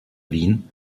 wien